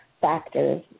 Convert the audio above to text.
factors